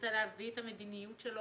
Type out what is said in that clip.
רוצה להביא את המדיניות שלו